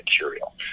material